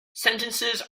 sentences